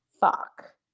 Fuck